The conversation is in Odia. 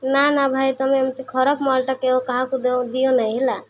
ନା ନା ଭାଇ ତୁମେ ଏମିତି ଖରାପ ମାଲ୍ ଟା କାହାକୁ ଦିଅ ନାହିଁ ହେଲା